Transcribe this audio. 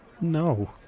No